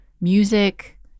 music